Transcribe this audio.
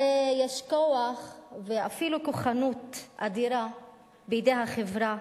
הרי יש כוח ואפילו כוחנות אדירה בידי החברה.